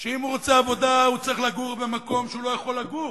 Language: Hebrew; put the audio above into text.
אם הוא רוצה עבודה הוא צריך לגור במקום שהוא לא יכול לגור,